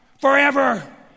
Forever